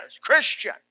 Christian